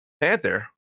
Panther